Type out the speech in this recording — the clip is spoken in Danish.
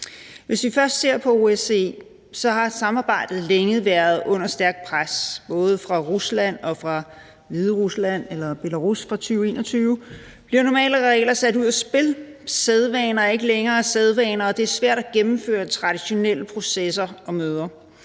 Hvis vi først ser på OSCE, har samarbejdet længe været under stærkt pres både fra Rusland og fra Hviderusland, eller Belarus siden 2021. De normale regler er sat ud af spil. Sædvaner er ikke længere sædvaner, og det er svært at gennemføre traditionelle processer og møder.